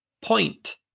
point